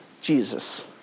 Jesus